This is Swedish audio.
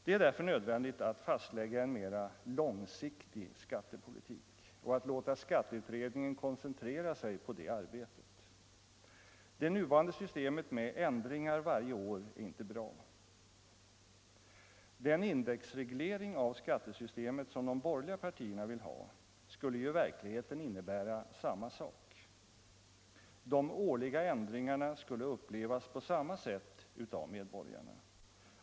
Det är nödvändigt att fastlägga en mera långsiktig skattepolitik och att låta skatteutredningen koncentrera sig på det arbetet. Det nuvarande systemet med ändringar varje år är inte bra. Den indexreglering av skattesystemet som de borgerliga partierna vill ha skulle i verkligheten innebära samma sak; de årliga ändringarna skulle upplevas på samma sätt av medborgarna.